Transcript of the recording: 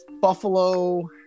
Buffalo